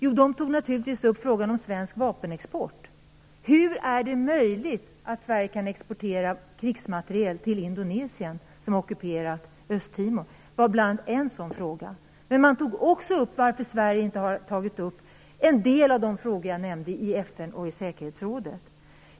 Jo, de tog naturligtvis upp frågan om svensk vapenexport. En sådan fråga var: Hur är det möjligt att Sverige kan exportera krigsmateriel till Indonesien, som ockuperar Östtimor? Men man undrade också varför Sverige inte i FN och i säkerhetsrådet har tagit upp en del av de frågor som jag nämnde.